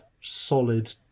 solid